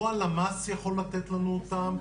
לא הלמ"ס יכול לתת לנו אותם,